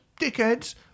dickheads